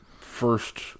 first